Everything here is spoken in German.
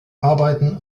arbeiten